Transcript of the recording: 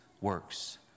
works